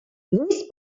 this